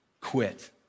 quit